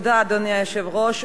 תודה, אדוני היושב-ראש.